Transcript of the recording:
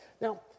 Now